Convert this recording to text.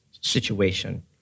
situation